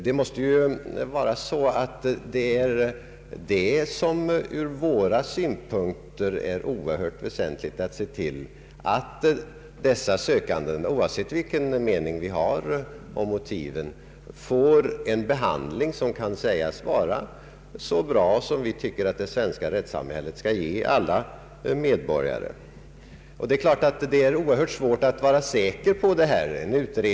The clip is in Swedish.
Det är oerhört väsentligt att de sökande, oavsett vilken mening och vilka motiv de har, får en behandling som kan sägas motsvara vad det svenska rättssamhället bör ge alla svenska medborgare. Det är oerhört svårt att vara säker när det gäller sådana här frågor.